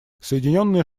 соединенные